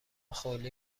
خالی